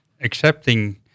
accepting